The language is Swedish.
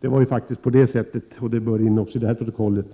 Det var faktiskt på det sättet, och det bör in också i protokollet